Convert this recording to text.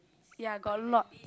ya got a lot